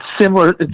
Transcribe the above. similar